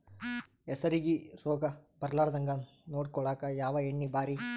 ಹೆಸರಿಗಿ ರೋಗ ಬರಲಾರದಂಗ ನೊಡಕೊಳುಕ ಯಾವ ಎಣ್ಣಿ ಭಾರಿ?